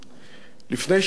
לפני שעה קלה,